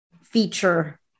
feature